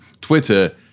Twitter